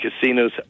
casinos